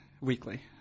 weekly